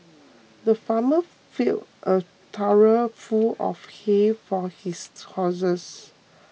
the farmer filled a trough full of hay for his horses